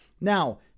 Now